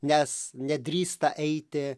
nes nedrįsta eiti